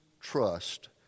trust